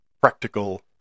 Practical